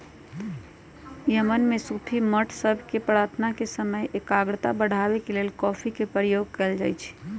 Yemen में सूफी मठ सभ में प्रार्थना के समय एकाग्रता बढ़ाबे के लेल कॉफी के प्रयोग कएल जाइत रहै